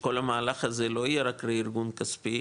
שכל המהלך הזה לא יהיה רק רה-ארגון כספי,